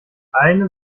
eine